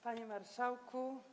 Panie Marszałku!